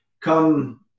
Come